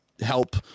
help